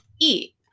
eat